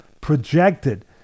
projected